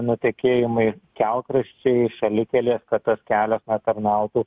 nutekėjimai kelkraščiai šalikelės kad tas kelias na tarnautų